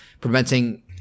preventing